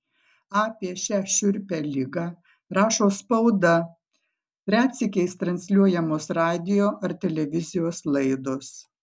apie šią šiurpią ligą rašo spauda retsykiais transliuojamos radijo ar televizijos laidos